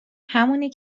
همونی